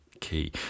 key